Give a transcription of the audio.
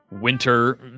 winter